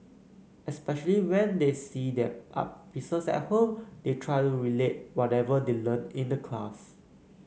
especially when they see their art pieces at home they try to relate whatever they learnt in the class